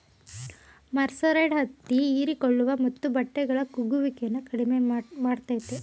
mercerised ಹತ್ತಿ ಹೀರಿಕೊಳ್ಳುವ ಮತ್ತು ಬಟ್ಟೆಗಳ ಕುಗ್ಗುವಿಕೆನ ಕಡಿಮೆ ಮಾಡ್ತದೆ